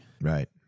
right